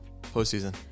postseason